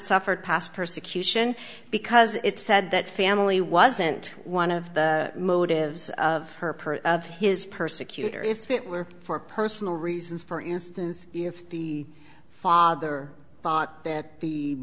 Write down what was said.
suffered past persecution because it said that family wasn't one of the motives of her purse of his persecutor it's bit were for personal reasons for instance if the father thought that the